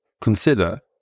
consider